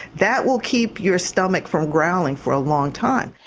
that will keep your stomach from growling for a long time.